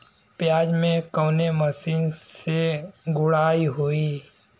प्याज में कवने मशीन से गुड़ाई होई?